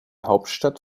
hauptstadt